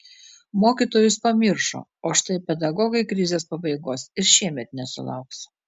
mokytojus pamiršo o štai pedagogai krizės pabaigos ir šiemet nesulauks